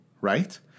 right